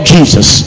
Jesus